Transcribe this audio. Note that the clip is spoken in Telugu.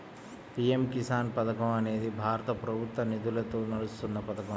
పీ.ఎం కిసాన్ పథకం అనేది భారత ప్రభుత్వ నిధులతో నడుస్తున్న పథకం